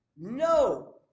No